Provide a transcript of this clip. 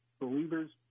believers